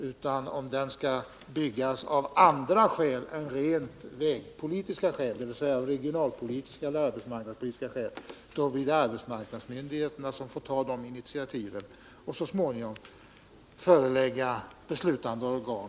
Om en väg skall byggas av andra skäl än rent vägpolitiska, dvs. av regionalpolitiska eller arbetsmarknadspolitiska skäl, då blir det arbetsmarknadsmyndigheterna som får ta initiativ och lägga fram förslag för beslutande organ.